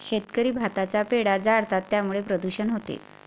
शेतकरी भाताचा पेंढा जाळतात त्यामुळे प्रदूषण होते